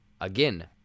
again